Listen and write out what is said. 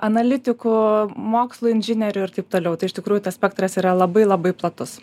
analitikų mokslo inžinierių ir taip toliau tai iš tikrųjų tas spektras yra labai labai platus